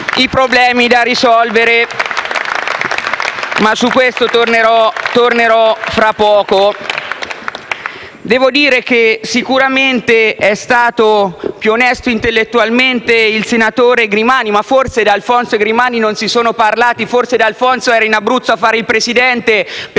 Gruppi L-SP e M5S)*. Ma su questo tornerò fra poco. Devo dire che sicuramente è stato più onesto intellettualmente il senatore Grimani. Ma, forse, D'Alfonso e Grimani non si sono parlati. Forse D'Alfonso era in Abruzzo a fare il Presidente.